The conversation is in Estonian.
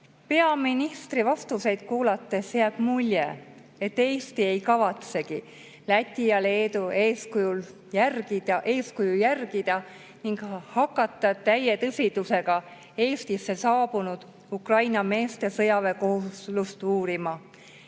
Peaministri vastuseid kuulates jääb mulje, et Eesti ei kavatsegi Läti ja Leedu eeskuju järgida ning hakata täie tõsidusega Eestisse saabunud Ukraina meeste sõjaväekohustust uurima.